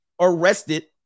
arrested